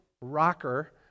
rocker